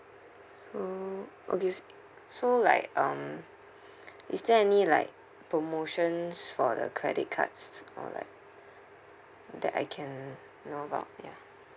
so all these so like um is there any like promotions for the credit cards or like that I can know about ya